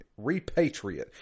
Repatriate